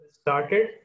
started